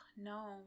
no